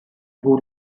who